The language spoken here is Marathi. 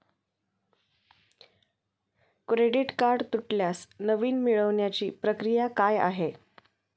क्रेडिट कार्ड तुटल्यास नवीन मिळवण्याची प्रक्रिया काय आहे?